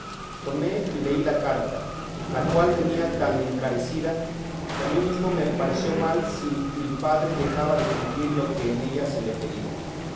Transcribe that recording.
tomé y leí la carta la cual venía tan encarecida que a mí mesmo me pareció mal si mi padre dejaba de cumplir lo que en ella se le pedía